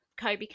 Kobe